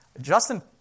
Justin